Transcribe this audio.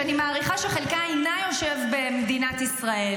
שאני מעריכה שחלקה אינה יושב במדינת ישראל,